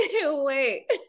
wait